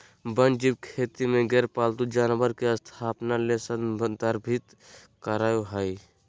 वन्यजीव खेती में गैर पालतू जानवर के स्थापना ले संदर्भित करअ हई